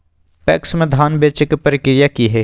PACS में धाम बेचे के प्रक्रिया की हय?